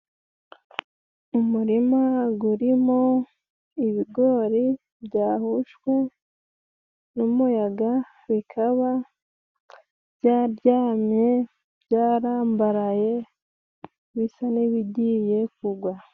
Umurima gurimo ibigori byahushwe n'umuyaga bikaba byaryamye ,byarambaraye ,bisa n'ibigiye kugwa.